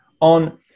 on